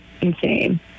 insane